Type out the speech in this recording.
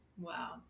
wow